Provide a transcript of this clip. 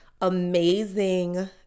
amazing